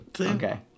Okay